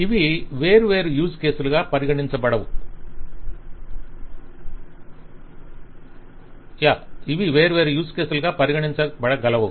ఇవి వేర్వేరు యూజ్ కేసులుగా పరిగణించబడగలవు